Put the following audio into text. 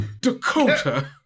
Dakota